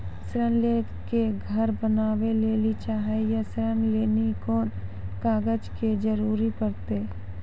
ऋण ले के घर बनावे लेली चाहे या ऋण लेली कोन कागज के जरूरी परतै?